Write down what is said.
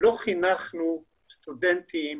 לא חינכנו סטודנטים